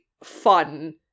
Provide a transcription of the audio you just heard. fun